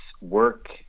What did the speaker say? work